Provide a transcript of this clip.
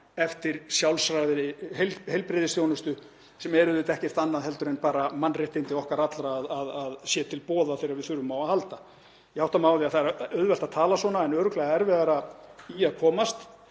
eftir sjálfsagðri heilbrigðisþjónustu, sem er ekkert annað en bara mannréttindi okkar allra að standi til boða þegar við þurfum á að halda. Ég átta mig á því að það er auðvelt að tala svona en örugglega erfiðara í að komast.